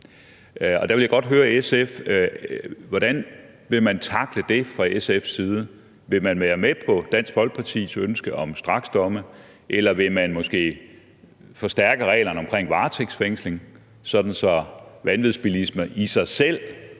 Hvordan vil man tackle det fra SF's side? Vil man være med på Dansk Folkepartis ønske om straksdomme, eller vil man måske forstærke reglerne omkring varetægtsfængsling, sådan at vanvidsbilisme i sig selv